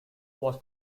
was